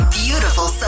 beautiful